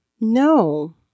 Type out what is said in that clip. no